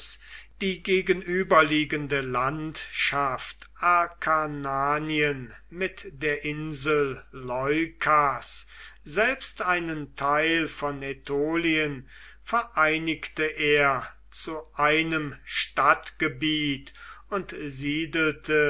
die gegenüberliegende landschaft akarnanien mit der insel leukas selbst einen teil von ätolien vereinigte er zu einem stadtgebiet und siedelte